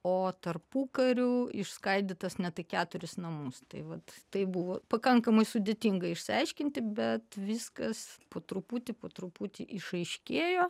o tarpukariu išskaidytas net į keturis namus tai vat tai buvo pakankamai sudėtinga išsiaiškinti bet viskas po truputį po truputį išaiškėjo